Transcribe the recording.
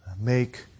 make